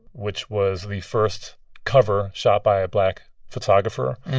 which was the first cover shot by a black photographer.